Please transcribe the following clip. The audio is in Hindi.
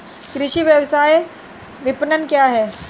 कृषि व्यवसाय विपणन क्या है?